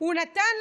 מי זה, נתניהו?